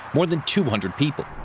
more than two hundred people.